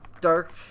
Dark